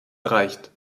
erreicht